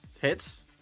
Hits